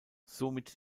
somit